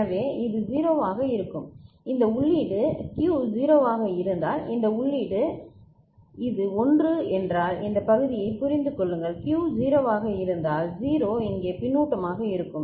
எனவே இது 0 ஆக இருக்கும் இந்த உள்ளீடு Q 0 ஆக இருந்தால் இந்த உள்ளீடு இது 1 என்றால் இந்த பகுதியை புரிந்து கொள்ளுங்கள் Q 0 ஆக இருந்தால் 0 இங்கே பின்னூட்டமாக இருக்கும்